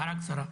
הערה קצרה.